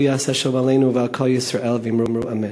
הוא יעשה שלום עלינו ועל כל ישראל ואמרו אמן.